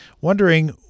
wondering